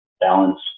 balance